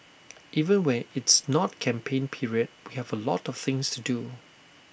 even when it's not campaign period we have A lot of things to do